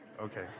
Okay